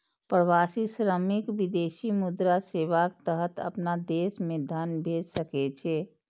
प्रवासी श्रमिक विदेशी मुद्रा सेवाक तहत अपना देश मे धन भेज सकै छै